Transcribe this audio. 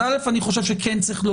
אז, א', צריך לומר.